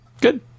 Good